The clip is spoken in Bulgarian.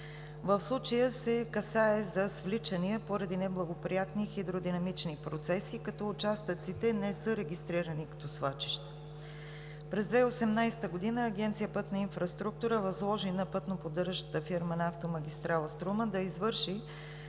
В случая се касае за свличания поради неблагоприятни хидродинамични процеси, като участъците не са регистрирани като свлачища. През 2018 г. Агенция „Пътна инфраструктура“ възложи на пътноподдържащата фирма на автомагистрала „Струма“ да извърши